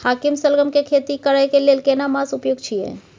हाकीम सलगम के खेती करय के लेल केना मास उपयुक्त छियै?